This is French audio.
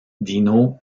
dino